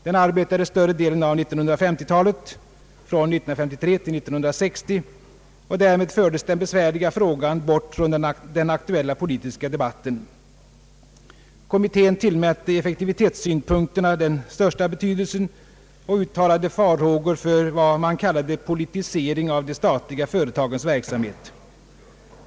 Den arbetade större delen av 1950-talet — från 1953 till 1960 — och därmed fördes den besvärliga frågan bort från den aktuella politiska debatten. Kommittén tillmätte effektivitetssynpunkterna den största betydelsen och uttalade farhågor för vad man kallade politisering av de statliga företagens verksamhet.